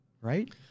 Right